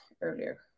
earlier